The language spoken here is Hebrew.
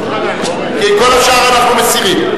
את כל השאר אנחנו מסירים.